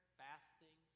fasting